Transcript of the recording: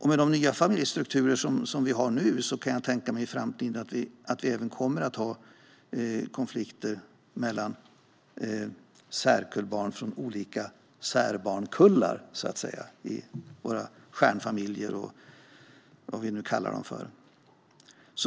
Med de nya familjestrukturer som vi nu har kan jag tänka mig att vi i framtiden även kommer att ha konflikter mellan särkullbarn från olika särbarnkullar i våra stjärnfamiljer och vad vi nu kallar dem.